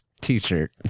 t-shirt